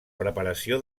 preparació